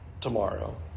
tomorrow